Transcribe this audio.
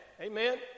amen